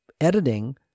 editing